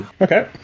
Okay